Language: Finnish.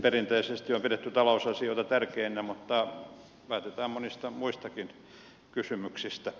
perinteisesti on pidetty talousasioita tärkeinä mutta päätetään monista muistakin kysymyksistä